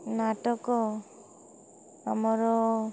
ନାଟକ ଆମର